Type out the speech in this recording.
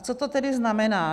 Co to tedy znamená?